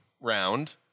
round